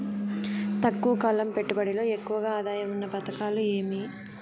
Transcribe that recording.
తక్కువ కాలం పెట్టుబడిలో ఎక్కువగా ఆదాయం ఉన్న పథకాలు ఏమి?